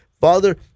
Father